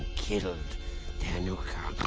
killed dhenuka,